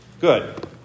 Good